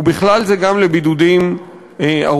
ובכלל זה גם לבידודים ארוכי-טווח,